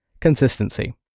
consistency